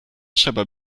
trzeba